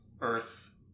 Earth